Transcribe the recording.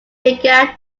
began